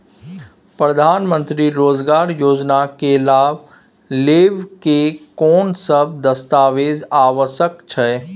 प्रधानमंत्री मंत्री रोजगार योजना के लाभ लेव के कोन सब दस्तावेज आवश्यक छै?